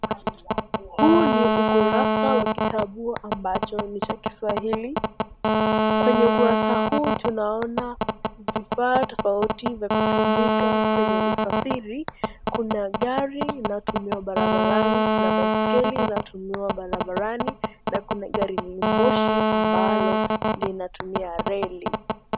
Huu ni ukurasa wa kitabu ambacho ni cha kiswahili, kwenye ukurasa huu tunaona vifaa tofauti vya kutumika kwenye usafiri, kuna gari inayotumiwa barabarani na baiskeli inayotumiwa barabarani na kuna gari moshi ambalo lina tumia reli.